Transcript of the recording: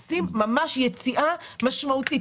עושים ממש יציאה משמעותית.